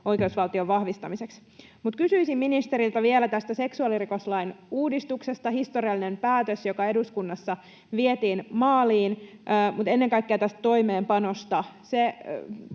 oikeusvaltion vahvistamiseksi. Kysyisin ministeriltä vielä tästä seksuaalirikoslain uudistuksesta — historiallinen päätös, joka eduskunnassa vietiin maaliin — mutta ennen kaikkea sen toimeenpanosta.